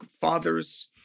fathers